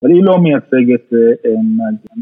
אני לא מייצג את ____